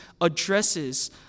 addresses